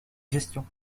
gestion